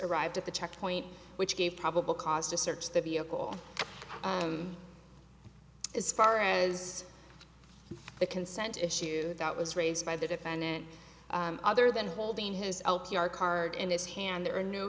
arrived at the checkpoint which gave probable cause to search the vehicle as as far the consent issue that was raised by the defendant other than holding his l p r card in his hand